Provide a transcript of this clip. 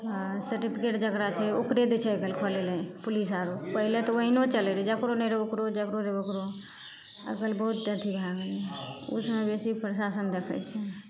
आ सर्टिफिकेट जेकरा छै ओकरे दै छै आइकाल्हि खोलै लए पुलिस आरो पहिले तऽ ओहिनो चलै रहै जेकरो नहि रहै ओकरो जेकरो रहै ओकरो आइकाल्हि बहुत अथी भए गेलैए ओ तऽ बेसी प्रशासन देखै छै